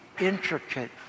intricate